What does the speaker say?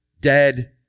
dead